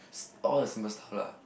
all the simple stuff lah